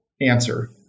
answer